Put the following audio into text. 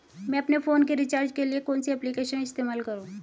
मैं अपने फोन के रिचार्ज के लिए कौन सी एप्लिकेशन इस्तेमाल करूँ?